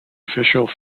official